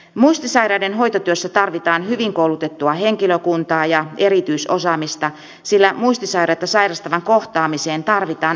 muistisairaiden hoitotyössä tarvitaan hyvin koulutettua henkilökuntaa ja erityisosaamista sillä muistisairautta sairastavan kohtaamiseen tarvitaan erityistaitoja